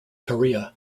korea